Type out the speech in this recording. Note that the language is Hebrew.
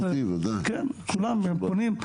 כולם פונים,